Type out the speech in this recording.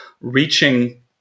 Reaching